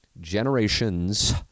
generations